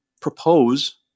propose